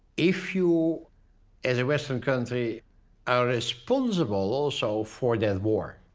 if you as a western country are responsible also for that war.